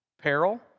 Peril